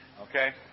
Okay